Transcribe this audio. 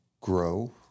grow